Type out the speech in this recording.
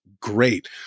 Great